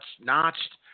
Notched